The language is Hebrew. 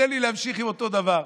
תן לי להמשיך עם אותו דבר.